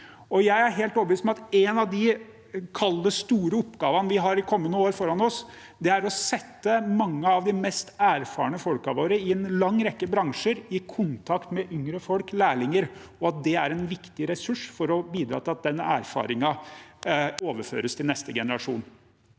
Jeg er helt overbevist om at en av de store oppgavene vi i kommende år har foran oss, er å sette mange av de mest erfarne folkene våre i en lang rekke bransjer i kontakt med yngre folk, lærlinger, og at det er en viktig ressurs for å bidra til at den erfaringen overføres til neste generasjon.